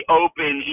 open